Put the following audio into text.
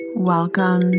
Welcome